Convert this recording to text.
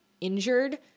injured